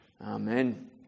Amen